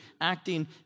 acting